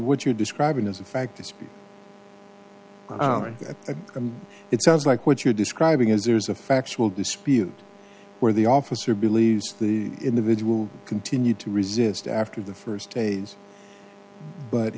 would you describe it as a fact it's a it sounds like what you're describing is there's a factual dispute where the officer believes the individual continued to resist after the first days but